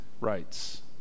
rights